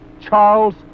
Charles